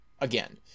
again